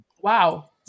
Wow